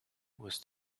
was